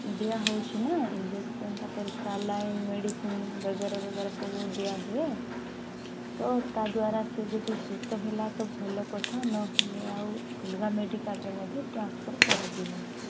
ଦିଆହଉଛି ନା ଇଞ୍ଜେକ୍ସନ୍ ତାପରେ ସାଲାଇନ୍ ମେଡିସିନ୍ ବଗେରା ବଗେରା ସବୁ ଦିଆହୁଏ ତ ତାହାଦ୍ଵାରା ସିଏ ଯଦି ସୁସ୍ଥ ହେଲା ତ ଭଲକଥା ନହେଲେ ଆଉ ଅଲଗା ମେଡ଼ିକାଲ୍ରେ ମଧ୍ୟ ଟ୍ରାନ୍ସପୋର୍ କରାଯିବ